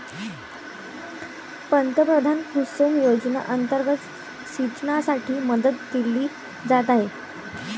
पंतप्रधान कुसुम योजना अंतर्गत सिंचनासाठी मदत दिली जात आहे